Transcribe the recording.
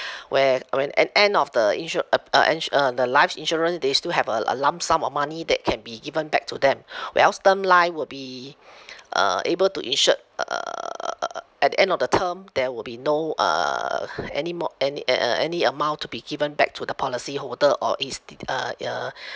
where when end end of the insu~ uh uh insu~ uh the life insurance they still have a a lump sum of money that can be given back to them where else term life will be uh able to insured uh uh uh at the end of the term there will be no uh anymore any uh uh any amount to be given back to the policyholder or its de~ uh uh